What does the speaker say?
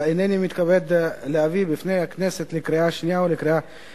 הנני מתכבד להביא בפני הכנסת לקריאה שנייה ולקריאה